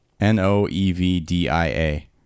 n-o-e-v-d-i-a